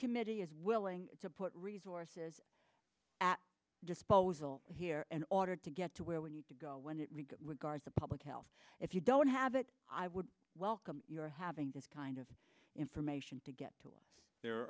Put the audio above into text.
committee is willing to put resources at disposal here in order to get to where we need to go when it guards the public health if you don't have it i would welcome your having this kind of information to get to there